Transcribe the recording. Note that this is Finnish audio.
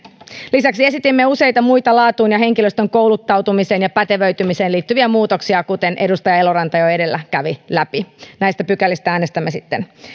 lisäksi esitimme useita muita laatuun ja henkilöstön kouluttautumiseen ja pätevöitymiseen liittyviä muutoksia kuten edustaja eloranta jo edellä kävi läpi näistä pykälistä äänestämme sitten